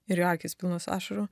ir jo akys pilnos ašarų